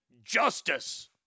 justice